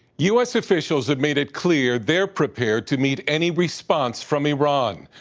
u s. officials have made it clear they are prepared to meet any response from iran.